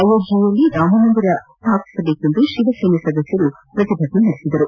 ಅಯೋಧ್ವೆಯಲ್ಲಿ ರಾಮಮಂದಿರ ಸ್ನಾಪಿಸಬೇಕೆಂದು ಶಿವಸೇನೆ ಸದಸ್ಯರು ಪ್ರತಿಭಟನೆ ನಡೆಸಿದರು